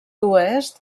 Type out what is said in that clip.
oest